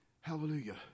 Hallelujah